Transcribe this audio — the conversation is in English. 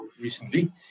recently